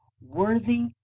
Worthy